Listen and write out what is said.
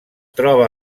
troba